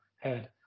head